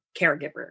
caregiver